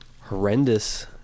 horrendous